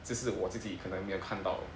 这是我自己可能没有看到